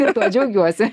ir tuo džiaugiuosi